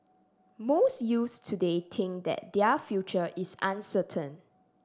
most youths today think that their future is uncertain